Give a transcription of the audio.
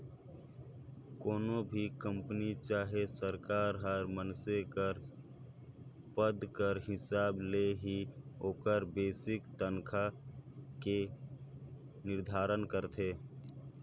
कोनो भी कंपनी चहे सरकार हर मइनसे कर पद कर हिसाब ले ही ओकर बेसिक तनखा के निरधारन करथे